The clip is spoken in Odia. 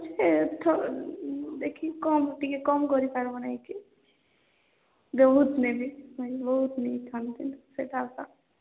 ଏଥର ଦେଖିକି କମ ଟିକେ କମ କମ କରିପାରିବ ନାହିଁକି ବହୁତ ନେବି ଭାଇ ବହୁତ ନେଇଥାନ୍ତି ସେଇଟା ଆଶା